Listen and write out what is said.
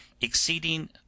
exceeding